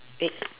big